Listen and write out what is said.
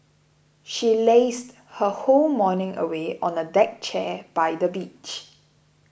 she lazed her whole morning away on a deck chair by the beach